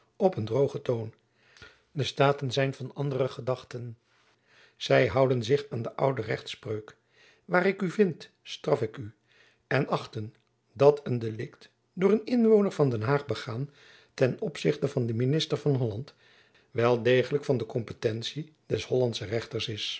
op een droogen toon de staten zijn van andere gedachten zy houden zich aan de oude rechtspreuk ubi te invenio ibi te punio en achten dat een delikt door een inwoner van den haag begaan ten opzichte van den minister van holland wel degelijk van de kompetentie des hollandschen rechters is